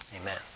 Amen